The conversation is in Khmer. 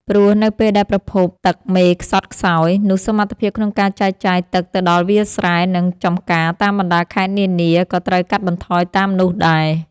ព្រោះនៅពេលដែលប្រភពទឹកមេខ្សត់ខ្សោយ នោះសមត្ថភាពក្នុងការចែកចាយទឹកទៅដល់វាលស្រែ និងចំការតាមបណ្ដាខេត្តនានាក៏ត្រូវកាត់បន្ថយតាមនោះដែរ។